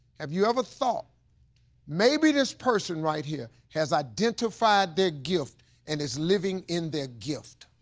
have you ever thought maybe this person right here has identified their gift and is living in their gift?